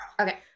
Okay